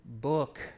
book